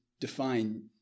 define